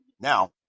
now